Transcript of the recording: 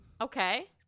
Okay